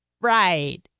right